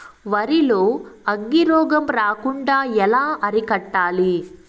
వరి లో అగ్గి రోగం రాకుండా ఎలా అరికట్టాలి?